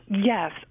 Yes